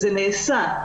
זה נעשה.